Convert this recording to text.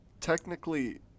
Technically